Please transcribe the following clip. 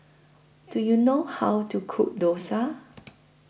Do YOU know How to Cook Dosa